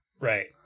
Right